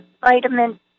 Vitamin